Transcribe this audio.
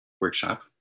workshop